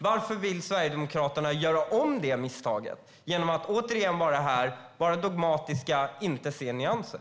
Varför vill Sverigedemokraterna göra om det misstaget genom att återigen vara dogmatiska och inte se nyanser?